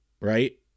right